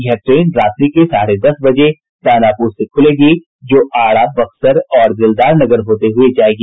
यह ट्रेन रात्रि के साढ़े दस बजे दानापुर से खुलेगी जो आरा बक्सर और दिलदारनगर होते हुए जायेगी